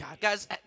Guys